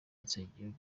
nsengumuremyi